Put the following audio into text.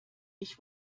ich